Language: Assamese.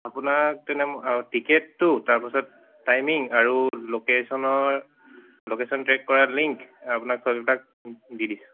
আপোনাক তেনে টিকেটটো তাৰপাছত টাইমিং আৰু লোকেশ্যনৰ লোকেশ্যন ট্ৰেক কৰা লিংক আপোনাক সববিলাক দি দিছোঁ